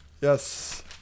yes